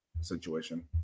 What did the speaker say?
situation